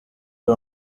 uwo